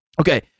Okay